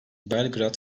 belgrad